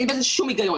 אין בזה שום היגיון.